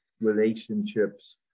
relationships